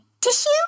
tissue